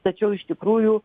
tačiau iš tikrųjų